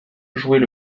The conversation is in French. jouait